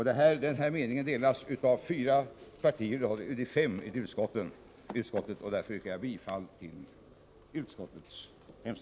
Denna uppfattning delas av fyra av de fem partier som är representerade i utskottet. Jag yrkar bifall till utskottets hemställan.